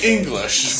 English